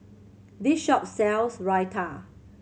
this shop sells Raita